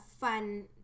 fun